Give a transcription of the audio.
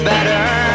better